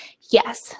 Yes